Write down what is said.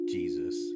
Jesus